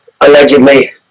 Allegedly